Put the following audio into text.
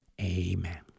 Amen